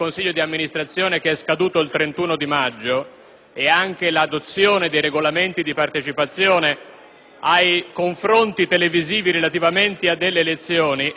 e all'adozione dei regolamenti di partecipazione ai confronti televisivi relativi alle elezioni (già ne abbiamo avuti tre e uno ne avremo tra poco),